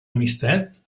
amistat